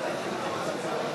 חברי הכנסת,